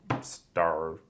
star